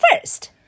first